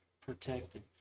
protected